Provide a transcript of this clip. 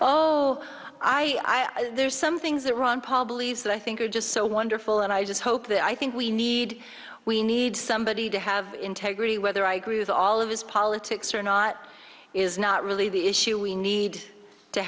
whole i am there's some things that ron paul believes that i think are just so wonderful and i just hope that i think we need we need somebody to have integrity whether i agree with all of his politics or not is not really the issue we need to